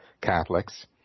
Catholics